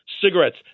cigarettes